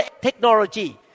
technology